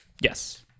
Yes